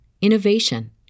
innovation